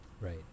Right